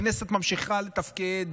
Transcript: הכנסת ממשיכה לתפקד,